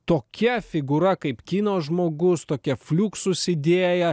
tokia figūra kaip kino žmogus tokia fluxus idėja